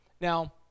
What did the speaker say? Now